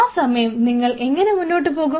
ആ സമയം നിങ്ങൾ എങ്ങനെ മുന്നോട്ടു പോകും